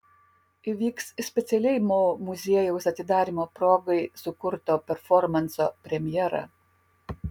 įvyks specialiai mo muziejaus atidarymo progai sukurto performanso premjera